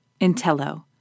Intello